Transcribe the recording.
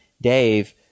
Dave